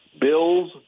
Bills